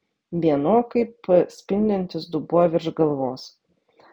mėnuo kaip spindintis dubuo virš galvos